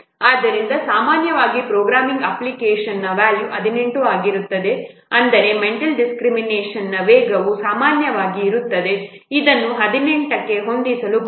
ಆದ್ದರಿಂದ ಸಾಮಾನ್ಯವಾಗಿ ಪ್ರೋಗ್ರಾಮಿಂಗ್ ಅಪ್ಲಿಕೇಶನ್ನ ವ್ಯಾಲ್ಯೂ 18 ಆಗಿರುತ್ತದೆ ಅಂದರೆ ಮೆಂಟಲ್ ಡಿಸ್ಕ್ರಿಮಿನೇಷನ್ನ ವೇಗವು ಸಾಮಾನ್ಯವಾಗಿ ಇರುತ್ತದೆ ಇದನ್ನು 18 ಕ್ಕೆ ಹೊಂದಿಸಬೇಕು